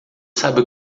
sabe